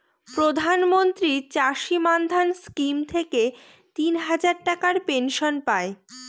প্রধান মন্ত্রী চাষী মান্ধান স্কিম থেকে তিন হাজার টাকার পেনশন পাই